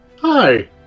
Hi